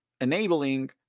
enabling